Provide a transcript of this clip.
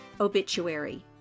Obituary